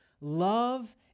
love